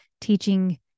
teaching